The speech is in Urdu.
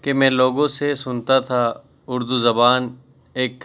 کہ میں لوگوں سے سنتا تھا اردو زبان ایک